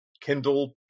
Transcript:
Kindle